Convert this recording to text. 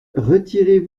retirez